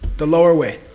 the lower way.